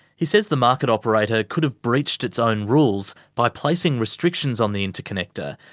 he says the market operator could have breached its own rules by placing restrictions on the interconnector,